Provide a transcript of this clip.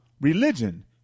religion